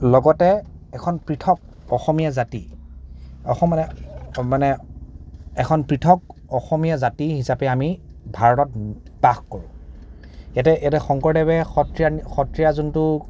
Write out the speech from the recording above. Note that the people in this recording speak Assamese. লগতে এখন পৃথক অসমীয়া জাতি মানে এখন পৃথক অসমীয়া জাতি হিচাপে আমি ভাৰতত বাস কৰো ইয়াতে ইয়াতে শংকৰদেৱে সত্ৰীয়া যোনটো